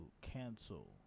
cancel